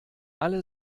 alle